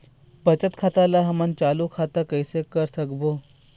बचत खाता ला हमन चालू खाता कइसे कर सकबो?